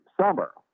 summer